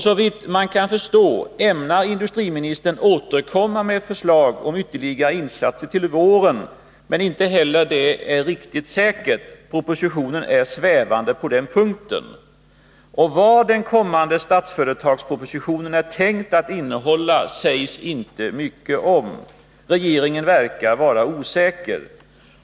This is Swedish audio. Såvitt man kan förstå ämnar industriministern återkomma med förslag om ytterligare insatser till våren — men inte heller det är riktigt säkert. Propositionen är svävande på den punkten. Vad den kommande Statsföretagspropositionen är tänkt att innehålla sägs inte mycket om. Regeringen verkar vara osäker.